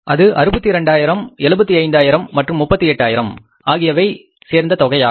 அது 62000 75000 மற்றும் 38000 ஆகியவை சேர்ந்த தொகையாகும்